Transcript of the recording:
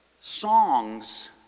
songs